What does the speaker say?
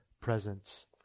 presence